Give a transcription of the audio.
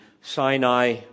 Sinai